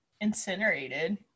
incinerated